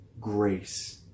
grace